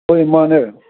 ꯍꯣꯏ ꯃꯥꯅꯦ